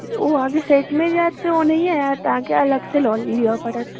ओ अहाँके सेटमे जायत तऽ ओनहिए आयत अहाँकेँ अलगसँ लऽ लिअ पड़त